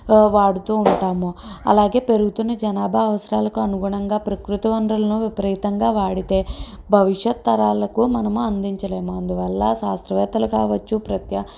వాడుతూ ఉంటాము అలాగే పెరుగుతున్న జనాభా అవసరాలకు అనుగుణంగా ప్రకృతి వనరులను విపరీతంగా వాడితే భవిష్యత్తు తరాలకు మనం అందించలేము అందువల్ల శాస్త్రవేత్తలు కావచ్చు ప్రత్య